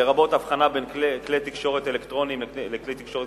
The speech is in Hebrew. לרבות הבחנה בין כלי תקשורת אלקטרוניים לבין